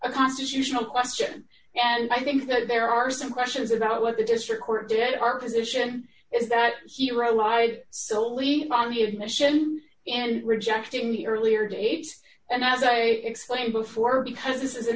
a constitutional question and i think that there are some questions about what the district court did our position is that he relied solely on the admission and rejected in the earlier date and as i explained before because this is an